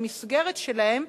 במסגרת שלהם,